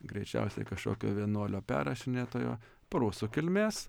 greičiausiai kažkokio vienuolio perrašinėtojo prūsų kilmės